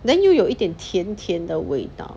then 又有一点甜甜的味道